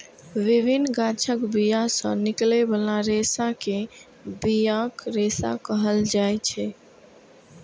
विभिन्न गाछक बिया सं निकलै बला रेशा कें बियाक रेशा कहल जाइ छै